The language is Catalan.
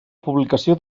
publicació